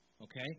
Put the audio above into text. Okay